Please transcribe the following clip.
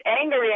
angry